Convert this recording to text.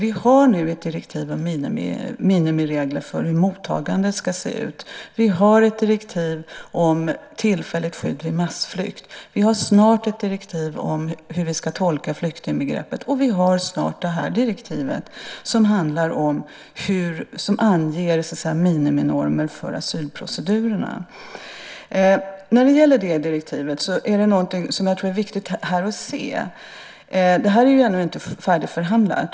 Vi har nu ett direktiv om minimiregler för hur mottagandet ska se ut. Vi har ett direktiv om tillfälligt skydd vid massflykt. Vi har snart ett direktiv om hur vi ska tolka flyktingbegreppet. Och vi har snart det direktiv som anger miniminormer för asylprocedurerna. När det gäller det här direktivet är det viktigt att komma ihåg att det ännu inte är färdigförhandlat.